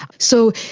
so,